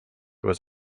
was